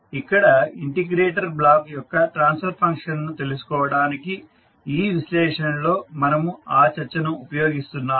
ఇక్కడ integrator block యొక్క transfer function ను తెలుసుకోవడానికి ఈ విశ్లేషణలో మనము ఆ చర్చను ఉపయోగిస్తున్నాము